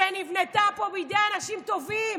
שנבנתה פה בידי אנשים טובים